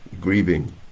grieving